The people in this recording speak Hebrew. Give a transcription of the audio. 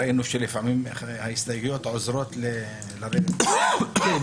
ראינו שלפעמים ההסתייגויות עוזרות לרדת מ כן,